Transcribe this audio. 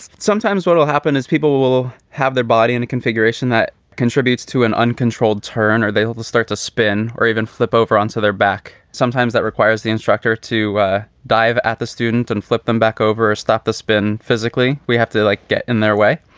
sometimes what will happen is people will will have their body in a configuration that contributes to an uncontrolled turn or they start to spin or even flip over onto their back. sometimes that requires the instructor to ah dive at the student and flip them back. over a stop the spin. physically, we have to like get in their way.